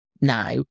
now